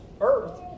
earth